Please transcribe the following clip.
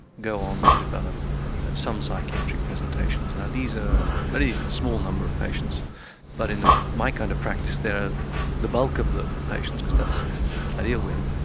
go on to develop some psychiatric presentations. now these are a very small number of patients but in ah my kind of practice they're the bulk of the patients because that's what i deal with.